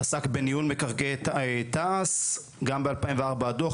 עסק בניהול מקרקעי תעש, גם ב-2004 הדוח.